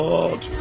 Lord